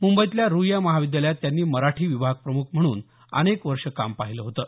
मुंबईतल्या रूईया महाविद्यालयात त्यांनी मराठी विभाग प्रमुख म्हणून अनेक वर्ष काम पाहिलं होतं